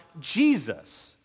Jesus